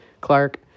Clark